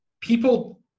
People